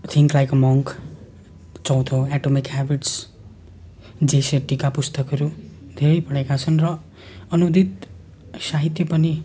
think like a monk चौथो atomic habits जे सेट्टीका पुस्तकहरू धेरै पढेका छन् र अनुदित साहित्य पनि